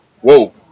whoa